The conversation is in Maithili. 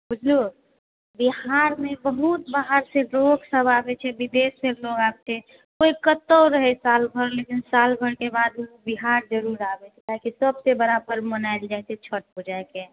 बुझलु बिहार मे बहुत बाहर से लोकसब आबै छै विदेश से लोग आबै छै कोइ कतौ रहै साल भरि लेकिन साल भरिके बाद बिहार जरूर आबै छै काहेकि सबसँ बड़ा पर्व मनायल जाइ छै छठि पूजा के